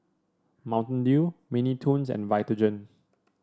Mountain Dew Mini Toons and Vitagen